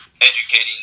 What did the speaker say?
educating